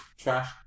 trash